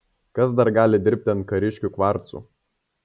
kas dar gali dirbti ant kariškių kvarcų